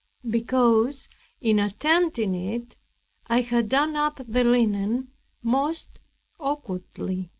because in attempting it i had done up the linen most awkwardly.